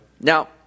Now